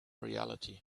reality